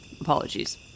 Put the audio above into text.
apologies